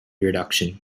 reduction